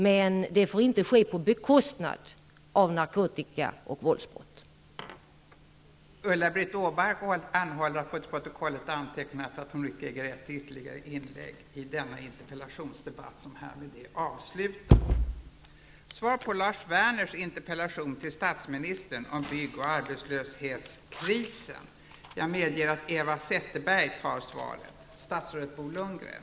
Men det får inte ske på bekostnad av bekämpningen av våldsoch narkotikabrott.